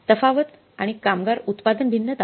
तफावत आणि कामगार उत्पादन भिन्नता